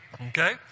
Okay